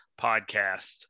podcast